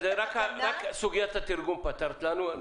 את סוגיית התרגום פתרת לנו,